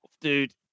dude